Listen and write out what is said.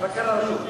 מבקר הרשות.